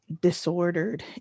disordered